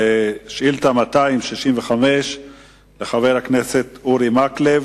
אנחנו עוברים לשאילתא מס' 265 של חבר הכנסת אורי מקלב: